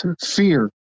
fear